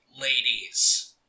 ladies